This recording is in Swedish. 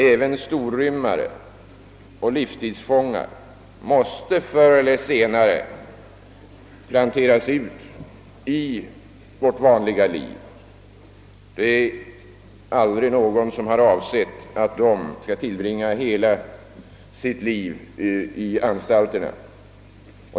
Även storrymmare och livstidsfångar måste förr eller senare föras ut i det vanliga livet — det är ingen som avsett att de skall tillbringa hela sitt liv i anstalterna.